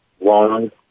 long